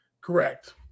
Correct